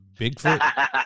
bigfoot